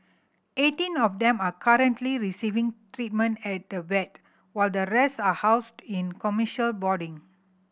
eighteen of them are currently receiving treatment at the vet while the rest are housed in commercial boarding